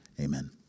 Amen